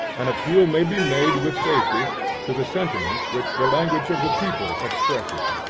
an appeal may be made with safety to the sentiments which the language of the people expresses.